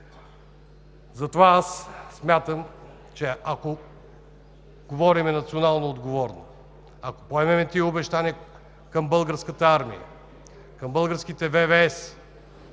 политика. Смятам, че ако говорим национално отговорно, ако поемем тези обещания към Българската армия, към българските